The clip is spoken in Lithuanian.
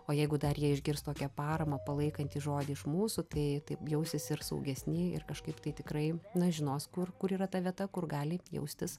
o jeigu dar jie išgirs tokią paramą palaikantį žodį iš mūsų tai taip jausis ir saugesni ir kažkaip tai tikrai na žinos kur kur yra ta vieta kur gali jaustis